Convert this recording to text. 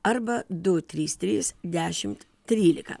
arba du trys trys dešimt trylika